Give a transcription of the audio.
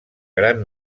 gran